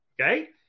Okay